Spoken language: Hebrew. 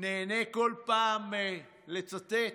נהנה כל פעם לצטט,